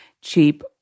cheap